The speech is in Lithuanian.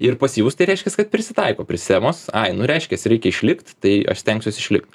ir pasyvūs tai reiškias kad prisitaiko prie sistemos ai nu reiškias reikia išlikt tai aš stengsiuos išlikt